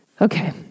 Okay